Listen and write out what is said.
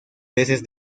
veces